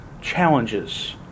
challenges